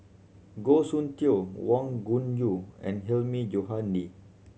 Goh Soon Tioe Wang Gungwu and Hilmi Johandi